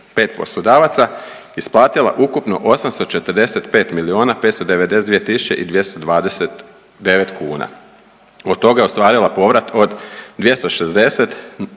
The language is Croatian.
poslodavaca isplatila ukupno 845 milijuna, 592 tisuće i 229 kuna, od toga je ostvarila povrat od 260 milijuna,